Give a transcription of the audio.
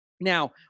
Now